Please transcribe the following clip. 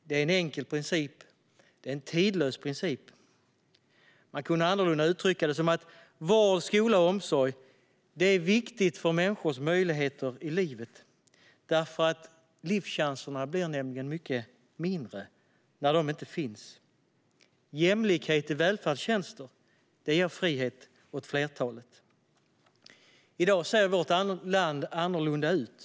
Det är en enkel princip, och det är en tidlös princip. Man skulle kunna uttrycka det annorlunda: Vård, skola och omsorg är viktiga för människors möjligheter i livet. Livschanserna blir nämligen mycket mindre när detta inte finns. Jämlikhet i välfärdstjänster ger frihet åt flertalet. I dag ser vårt land annorlunda ut.